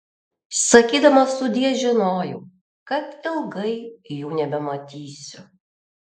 sakydamas sudie žinojau kad ilgai jų nebematysiu